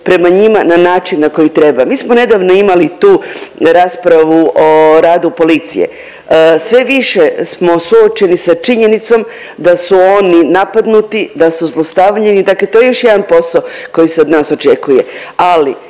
prema njima na način na koji treba. Mi smo nedavno imali tu raspravu o radu policije. Sve više smo suočeni sa činjenicom da su oni napadnuti, da su zlostavljani, dakle to je još jedan posao koji se od nas očekuje,